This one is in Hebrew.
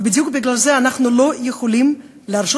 ובדיוק בגלל זה אנחנו לא יכולים להרשות